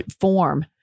form